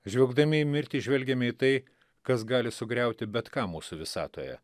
žvelgdami į mirtį žvelgiame į tai kas gali sugriauti bet ką mūsų visatoje